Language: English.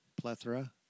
Plethora